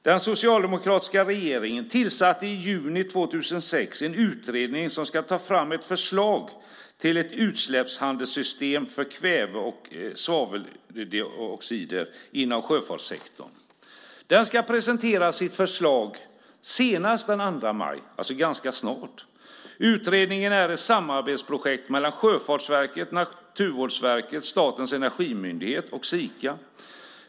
Den socialdemokratiska regeringen tillsatte i juni 2006 en utredning som ska ta fram ett förslag till ett utsläppshandelssystem för kväve och svaveloxider inom sjöfartssektorn. Den ska presentera sitt förslag senast den 2 maj, alltså ganska snart. Utredningen är ett samarbetsprojekt mellan Sjöfartsverket, Naturvårdsverket, Statens energimyndighet och Sika.